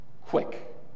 quick